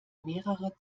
mehrere